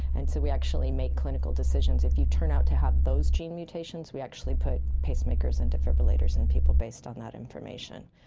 and so we actually make clinical decisions. if you turn out to have those gene mutations we actually put pacemakers and defibrillators in people based on that information.